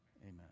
Amen